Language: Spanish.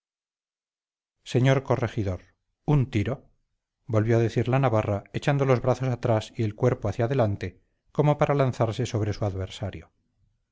señor corregidor un tiro volvió a decir la navarra echando los brazos atrás y el cuerpo hacia adelante como para lanzarse sobre su adversario